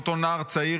בעודו נער צעיר,